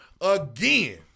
again